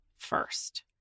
first